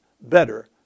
better